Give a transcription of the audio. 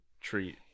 treat